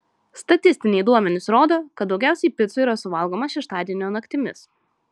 statistiniai duomenys rodo kad daugiausiai picų yra suvalgomą šeštadienio naktimis